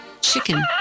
chicken